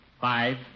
Five